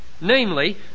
Namely